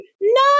no